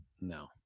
no